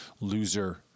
Loser